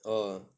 oh